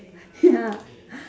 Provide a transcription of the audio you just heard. ya